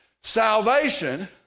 salvation